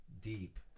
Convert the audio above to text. deep